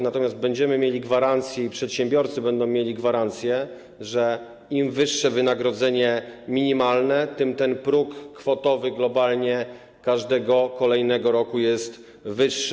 Natomiast będziemy mieli gwarancję i przedsiębiorcy będą mieli gwarancję, że im wyższe wynagrodzenie minimalne, tym ten próg kwotowy globalnie każdego kolejnego roku jest wyższy.